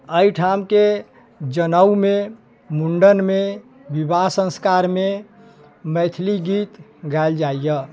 एहिठाम के जनउ मे मुंडन मे विवाह संस्कार मे मैथिली गीत गायल जाइया